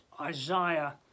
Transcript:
Isaiah